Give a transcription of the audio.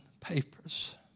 papers